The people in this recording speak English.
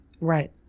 Right